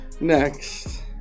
next